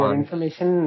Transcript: information